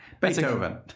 Beethoven